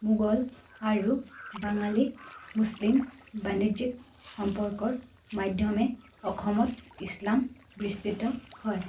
মোগল আৰু বাঙালী মুছলিম বাণিজ্যিক সম্পৰ্কৰ মাধ্যমে অসমত ইছলাম বিস্তৃত হয়